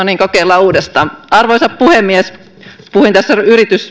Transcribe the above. niin kokeillaan uudestaan arvoisa puhemies puhuin tässä